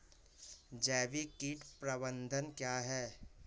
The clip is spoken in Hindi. जैविक कीट प्रबंधन क्या है?